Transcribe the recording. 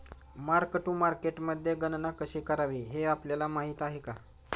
Mark to मार्केटमध्ये गणना कशी करावी हे आपल्याला माहित आहे का?